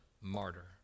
martyr